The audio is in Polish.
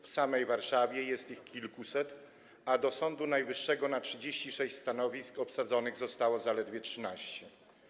W samej Warszawie jest ich kilkuset, a w Sądzie Najwyższym na 36 stanowisk obsadzonych zostało zaledwie 13.